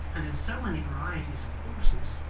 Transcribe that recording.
and in so many varieties of hoarseness,